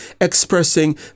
expressing